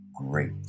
Great